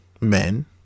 men